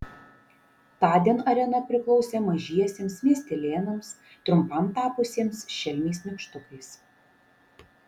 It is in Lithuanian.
tądien arena priklausė mažiesiems miestelėnams trumpam tapusiems šelmiais nykštukais